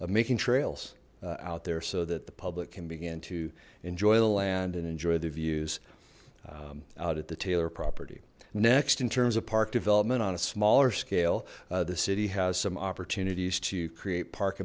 making trails out there so that the public can begin to enjoy the land and enjoy the views out at the taylor property next in terms of park development on a smaller scale the city has some opportunities to create park